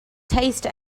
taste